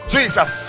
Jesus